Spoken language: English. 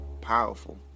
powerful